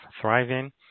thriving